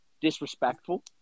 disrespectful